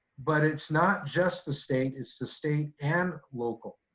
but it's not just the state, it's the state and local.